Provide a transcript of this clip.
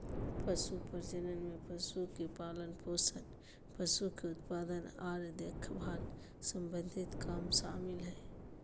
पशु प्रजनन में पशु के पालनपोषण, पशु के उत्पादन आर देखभाल सम्बंधी काम शामिल हय